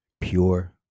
pure